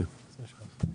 בסדר.